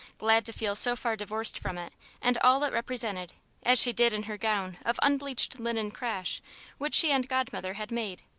glad to feel so far divorced from it and all it represented as she did in her gown of unbleached linen crash which she and godmother had made.